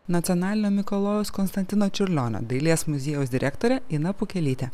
nacionalinio mikalojaus konstantino čiurlionio dailės muziejaus direktorė ina pukelytė